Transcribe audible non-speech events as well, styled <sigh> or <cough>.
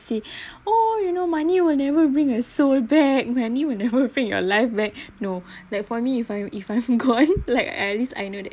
see oo you know money will never bring a soul back money will never bring your life back no like for me if I if I'm gone <laughs> like at least I know that